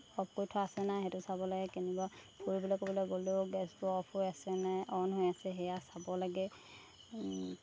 of কৰি থোৱা আছে নাই সেইটো চাব লাগে কেনিবা ফুৰিবলৈ ক'ৰবালৈ গ'লেও গেছটো অফ হৈ আছে নাই অ'ন হৈ আছে সেয়া চাব লাগে